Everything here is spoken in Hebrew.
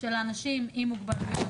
של אנשים עם מוגבלויות,